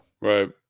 Right